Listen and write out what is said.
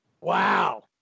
Wow